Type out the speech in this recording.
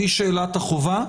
והיא שאלת החובה,